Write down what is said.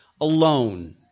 alone